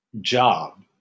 job